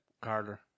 Carter